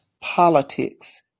politics